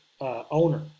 owner